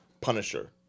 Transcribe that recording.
Punisher